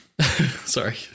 sorry